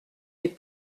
les